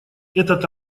этот